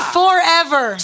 forever